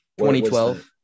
2012